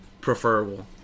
preferable